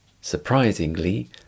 Surprisingly